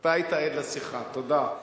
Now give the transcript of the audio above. אתה היית עד לשיחה, תודה.